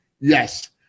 Yes